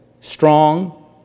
strong